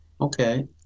okay